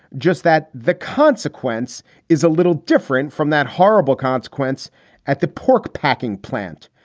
just that the consequence is a little different from that horrible consequence at the pork packing plant.